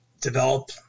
develop